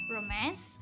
Romance